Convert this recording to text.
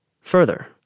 Further